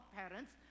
parents